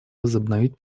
возобновить